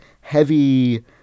heavy